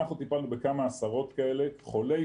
אנחנו טיפלנו בכמה עשרות כאלה חולי